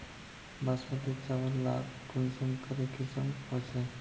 बासमती चावल लार कुंसम करे किसम होचए?